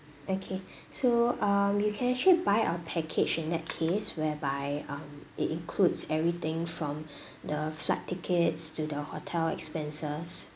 okay so um you can actually buy a package in that case whereby um it includes everything from the flight tickets to the hotel expenses